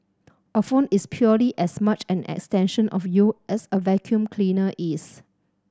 a phone is purely as much an extension of you as a vacuum cleaner is